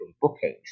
bookings